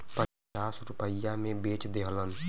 पचास रुपइया मे बेच देहलन